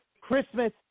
Christmas